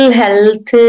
health